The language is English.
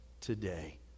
today